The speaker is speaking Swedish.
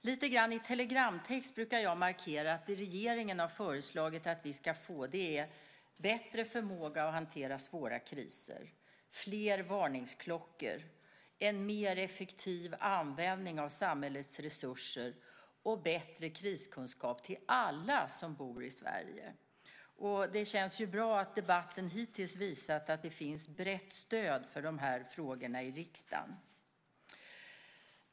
Lite grann i telegramtext brukar jag markera att det regeringen har föreslagit att vi ska få är bättre förmåga att hantera svåra kriser, fler varningsklockor, en mer effektiv användning av samhällets resurser och bättre kriskunskap till alla som bor i Sverige. Det känns bra att debatten hittills visat att det finns ett brett stöd för de här frågorna i riksdagen.